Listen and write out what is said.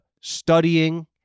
studying